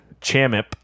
chamip